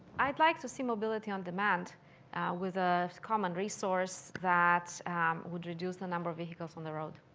i'd like to see mobility on demand with a common resource that would reduce the number of vehicles on the road.